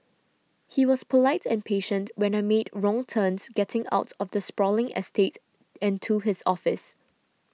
he was polite and patient when I made wrong turns getting out of the sprawling estate and to his office